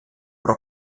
про